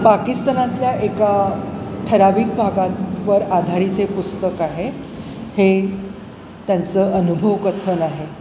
पाकिस्तानातल्या एका ठरावीक भागातवर आधारित हे पुस्तक आहे हे त्यांचं अनुभवकथन आहे